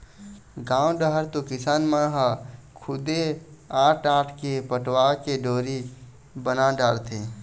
गाँव डहर तो किसान मन ह खुदे आंट आंट के पटवा के डोरी बना डारथे